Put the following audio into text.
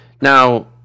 Now